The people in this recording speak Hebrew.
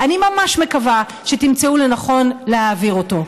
אני ממש מקווה שתמצאו לנכון להעביר אותו.